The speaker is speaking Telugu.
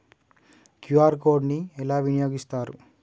క్యూ.ఆర్ కోడ్ ని ఎలా వినియోగిస్తారు?